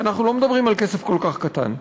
ואנחנו לא מדברים על כסף כל כך קטן.